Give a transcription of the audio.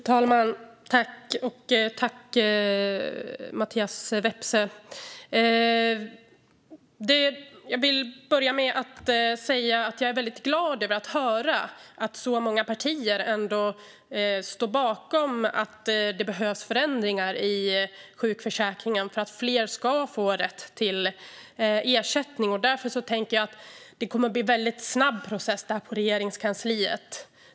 Fru talman och Mattias Vepsä! Jag vill börja med att säga att jag är väldigt glad över att höra att så många partier står bakom att det behövs förändringar i sjukförsäkringen för att fler ska få rätt till ersättning. Därför tänker jag att det kommer att bli en snabb process i Regeringskansliet.